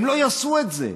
הם לא יעשו את זה.